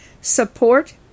support